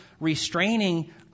restraining